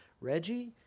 Reggie